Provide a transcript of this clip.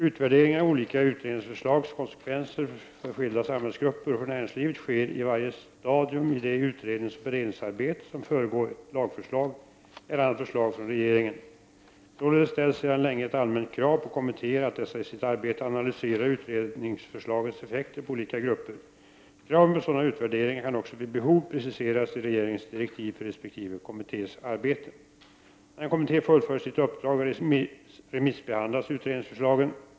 Utvärderingar av olika utredningsförslags konsekvenser för skilda samhällsgrupper och för näringslivet sker i varje stadium i det utredningsoch beredningsarbete som föregår ett lagförslag eller annat förslag från regeringen. Således ställs sedan länge ett allmänt krav på kommittéer att dessa i sitt arbete analyserar utredningsförslagens effekter på olika grupper. Kraven på sådana utvärderingar kan också vid behov preciseras i regeringens direktiv för resp. kommittés arbete. När en kommitté fullföljt sitt uppdrag remissbehandlas utredningsförslagen.